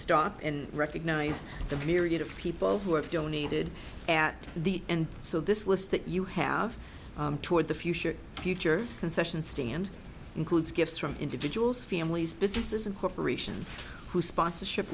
stop and recognize the myriad of people who have donated at the end so this list that you have toward the future future concession stand includes gifts from individuals families businesses and corporations who sponsorship